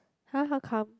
!huh! how come